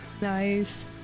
Nice